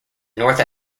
north